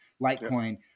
litecoin